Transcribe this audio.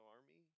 army